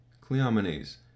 Cleomenes